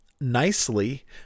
nicely